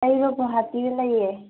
ꯑꯩꯔꯣ ꯒꯨꯋꯥꯍꯥꯇꯤꯗ ꯂꯩꯑꯦ